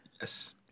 Yes